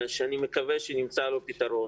שאני מקווה שנמצא לו פתרון,